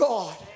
God